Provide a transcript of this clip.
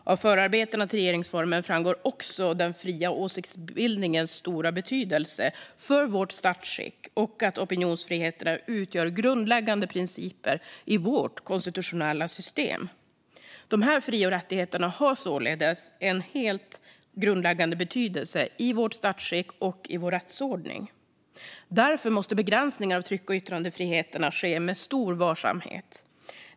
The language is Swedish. Av förarbetena till regeringsformen framgår också den fria åsiktsbildningens stora betydelse för vårt statsskick och att opinionsfriheterna utgör grundläggande principer i vårt konstitutionella system. Dessa fri och rättigheter har således en helt grundläggande betydelse i vårt statsskick och i vår rättsordning, och därför måste begränsningar av tryck och yttrandefriheterna ske med stor varsamhet.